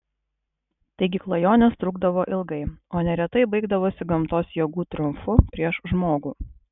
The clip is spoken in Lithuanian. taigi klajonės trukdavo ilgai o neretai baigdavosi gamtos jėgų triumfu prieš žmogų